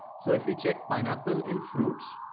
so if you check pineapple in fruits,